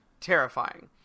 terrifying